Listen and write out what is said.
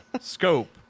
scope